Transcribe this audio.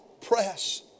press